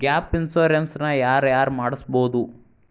Gap insurance ನ ಯಾರ್ ಯಾರ್ ಮಡ್ಸ್ಬೊದು?